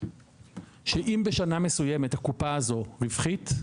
שאם בשנה מסוימת הקופה הזו היא רווחית,